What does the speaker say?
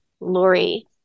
lori